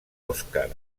oscar